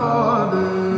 Father